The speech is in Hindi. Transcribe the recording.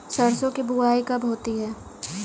सरसों की बुआई कब होती है?